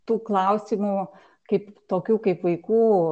tų klausimų kaip tokių kaip vaikų